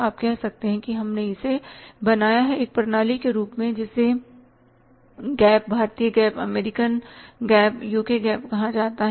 आप कह सकते हैं कि हमने इसे बनाया है एक प्रणाली के रूप मेंजिसे GAAP भारतीय GAAP American GAAP UK GAAP कहा जाता है